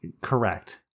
Correct